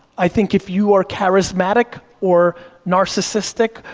i think if you are charismatic or narcissistic,